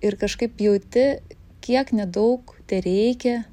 ir kažkaip jauti kiek nedaug tereikia